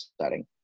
setting